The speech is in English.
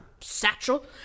satchel